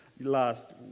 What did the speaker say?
last